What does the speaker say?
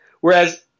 Whereas